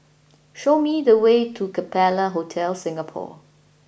show me the way to Capella Hotel Singapore